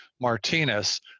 Martinez